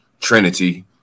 Trinity